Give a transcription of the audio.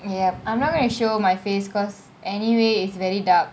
ya I'm not going to show my face because anyway it's very dark